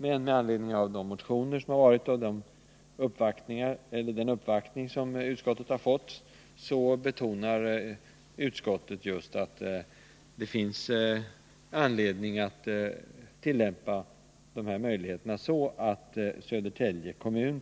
Med anledning av de motioner som har väckts, och den uppvaktning som gjordes hos utskottet, betonar vi dock att det finns anledning att tillämpa de möjligheter som står till förfogande så, att Södertälje kommun